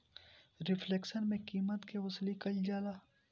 reflection में कीमत के वसूली कईल जाला